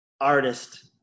artist